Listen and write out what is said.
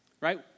right